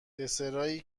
دسرایی